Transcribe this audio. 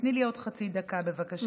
תני לי עוד חצי דקה, בבקשה.